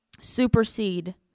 supersede